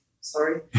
sorry